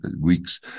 weeks